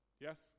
Yes